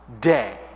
day